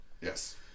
Yes